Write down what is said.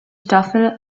staffel